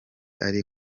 ari